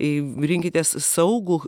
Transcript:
ir rinkitės saugų